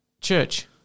Church